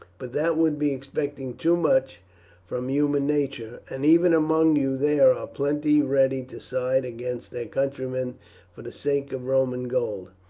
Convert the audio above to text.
but that would be expecting too much from human nature, and even among you there are plenty ready to side against their countrymen for the sake of roman gold.